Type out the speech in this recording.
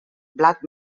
blat